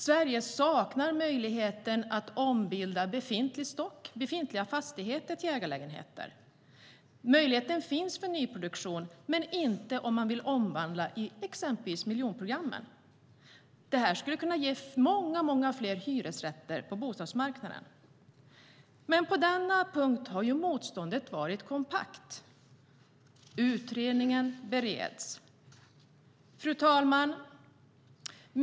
Sverige saknar dock möjligheten att ombilda befintliga fastigheter till ägarlägenheter. Möjligheten finns med nyproduktion, men inte om man vill omvandla fastigheter i exempelvis miljonprogrammen. Det här skulle kunna ge många fler hyresrätter på bostadsmarknaden. Men på denna punkt har motståndet varit kompakt. Utredningen bereds. Fru talman!